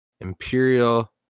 Imperial